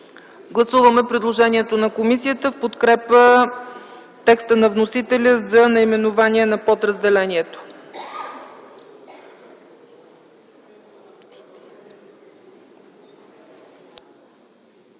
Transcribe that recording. Гласуваме предложението на комисията в подкрепа текста на вносителя за наименование на подразделението.